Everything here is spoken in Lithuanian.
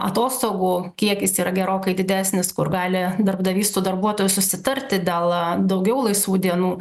atostogų kiekis yra gerokai didesnis kur gali darbdavys su darbuotoju susitarti dėl daugiau laisvų dienų